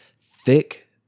thick